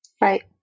Right